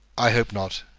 i hope not,